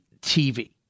TV